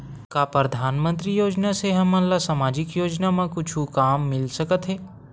का परधानमंतरी योजना से हमन ला सामजिक योजना मा कुछु काम मिल सकत हे?